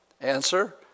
Answer